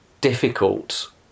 difficult